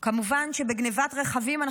כמובן שגנבת רכבים,